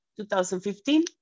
2015